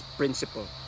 principle